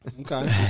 Okay